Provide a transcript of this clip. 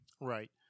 right